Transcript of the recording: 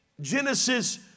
Genesis